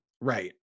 Right